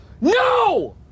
No